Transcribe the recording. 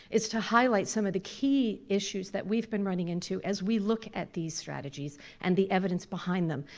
is to highlight some of the key issues that we've been running into as we look at these strategies and the evidence behind them.